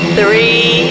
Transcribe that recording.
three